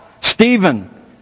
Stephen